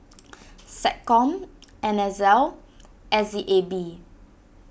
SecCom N S L S E A B